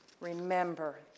Remember